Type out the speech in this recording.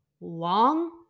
long